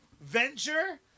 venture